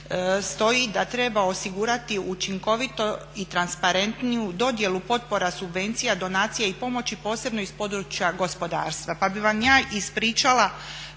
treba osigurati učinkovitiju i transparentniju dodjelu potporu, subvencija, donacija i pomoći, posebno iz područja gospodarstva pa bih vam ja ispričala